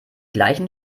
gleichen